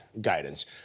guidance